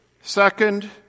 Second